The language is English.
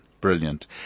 Brilliant